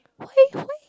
why why